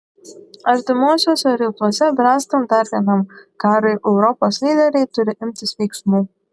artimuosiuose rytuose bręstant dar vienam karui europos lyderiai turi imtis veiksmų